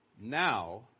now